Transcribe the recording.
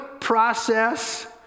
process